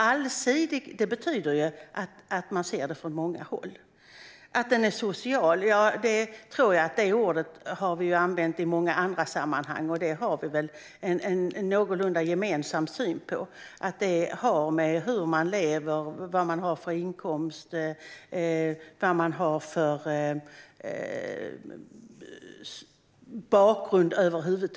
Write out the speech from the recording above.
"Allsidig" betyder ju att man ser det från många håll. Ordet "social" har vi ju använt i många andra sammanhang och har en någorlunda gemensam syn på. Det har att göra med hur man lever, vad man har för inkomst och vad man över huvud taget har för bakgrund.